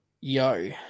Yo